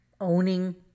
owning